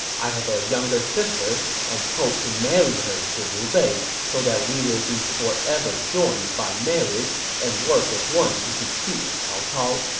i have a younger sister and hope to marry her to liu bei so that we will be forever joined by marriage and work as one to defeat cao cao.